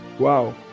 Wow